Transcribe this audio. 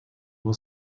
will